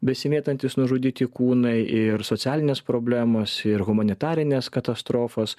besimėtantys nužudyti kūnai ir socialinės problemos ir humanitarinės katastrofos